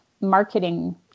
marketing